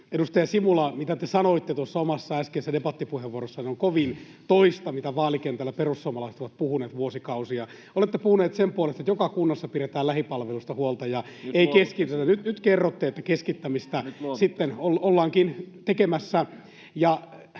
Edustaja Simula, se, mitä te sanoitte tuossa äskeisessä omassa debattipuheenvuorossanne, on kovin toista kuin mitä vaalikentällä perussuomalaiset ovat puhuneet vuosikausia. Olette puhuneet sen puolesta, että joka kunnassa pidetään lähipalveluista huolta ja ei keskitetä. Nyt kerrotte, että keskittämistä sitten ollaankin tekemässä.